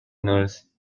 nurse